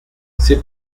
c’est